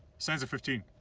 stanza fifteen